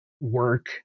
work